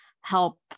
help